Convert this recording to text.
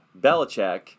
Belichick